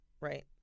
right